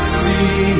see